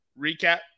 recap